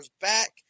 back